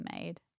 made